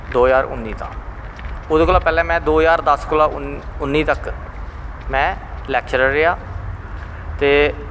दो ज्हार उन्नी दा ओह्दै कोला पैह्लें मो दो ज्हार दस दा उन्नी तक में लैकचरर रेहा ते